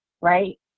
right